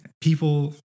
people